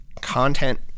content